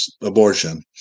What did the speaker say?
abortion